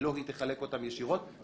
ולא היא תחלק אותם ישירות,